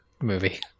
movie